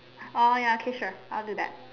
oh ya K sure I'll do that